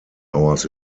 hours